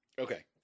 Okay